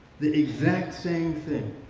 the exact same thing.